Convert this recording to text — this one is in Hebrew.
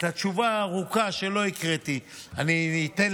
את התשובה הארוכה שלא הקראתי אני אתן